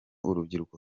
urubyiruko